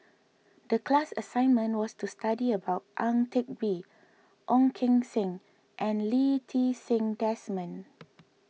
the class assignment was to study about Ang Teck Bee Ong Keng Sen and Lee Ti Seng Desmond